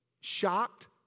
shocked